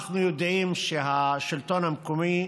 אנחנו יודעים שהשלטון המקומי,